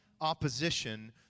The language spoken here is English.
opposition